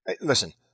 Listen